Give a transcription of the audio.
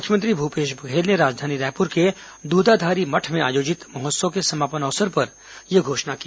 मुख्यमंत्री भूपेश बघेल ने राजधानी रायपुर के द्धाधारी मठ में आयोजित महोत्सव के समापन अवसर पर यह घोषणा की